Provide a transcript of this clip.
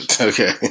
Okay